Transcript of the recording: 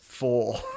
Four